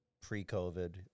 pre-COVID